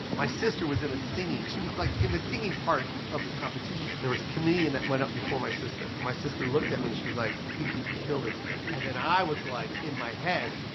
my sister was in the singing. she was like in the singing part of the competition. there was a comedian that went up before my sister, and my sister looked at me and she was like, you could kill this guy. and then i was like in my head,